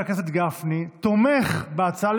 18 בעד, אין מתנגדים, אין נמנעים.